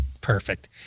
Perfect